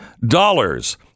dollars